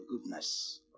goodness